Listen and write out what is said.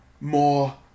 more